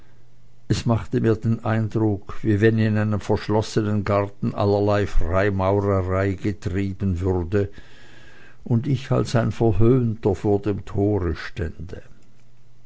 es machte mir den eindruck wie wenn in einem verschlossenen garten allerlei freimaurerei getrieben würde und ich als ein verhöhnter vor dem tore stände